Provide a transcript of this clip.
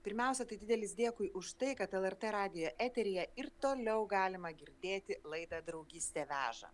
pirmiausia tai didelis dėkui už tai kad lrt radijo eteryje ir toliau galima girdėti laida draugystė veža